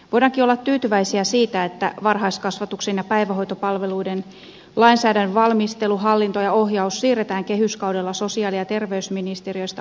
voidaankin olla tyytyväisiä siihen että varhaiskasvatuksen ja päivähoitopalveluiden lainsäädännön valmistelu hallinto ja ohjaus siirretään kehyskaudella sosiaali ja terveysministeriöstä opetus ja kulttuuriministeriöön